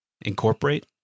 incorporate